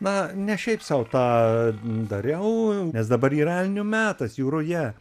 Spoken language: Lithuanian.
na ne šiaip sau tą dariau nes dabar yra elnių metas jų ruja